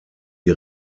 die